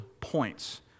points